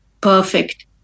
perfect